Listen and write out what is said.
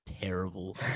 terrible